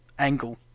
angle